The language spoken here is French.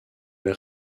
elle